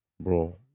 Bro